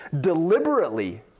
deliberately